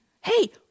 Hey